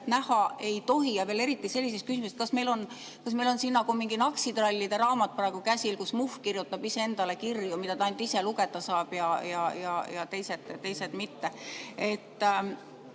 näha ei tohi, ja veel eriti sellises küsimuses? Kas meil on siin nagu mingi "Naksitrallide" raamat praegu käsil, kus Muhv kirjutab iseendale kirju, mida ta ainult ise lugeda saab ja teised mitte? Mul